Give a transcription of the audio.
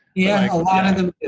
yeah, a lot of them